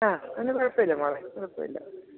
ആ അങ്ങനെ കുഴപ്പമില്ല മോളെ കുഴപ്പമില്ല